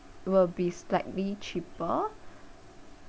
will be slightly cheaper